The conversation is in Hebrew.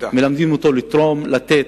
מלמדים אותם לתרום ולתת.